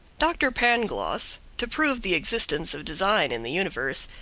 dr. pangloss, to prove the existence of design in the universe,